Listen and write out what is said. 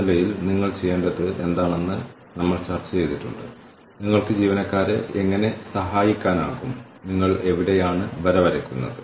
Philips വളരെ നന്നായി വിവരിച്ചിരിക്കുന്നതുപോലെ നമ്മൾ ഇവിടെ ചർച്ച ചെയ്യുന്ന ആദ്യത്തേത് basic input process output scorecard എന്നാണ്